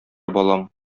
балам